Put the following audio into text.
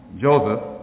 Joseph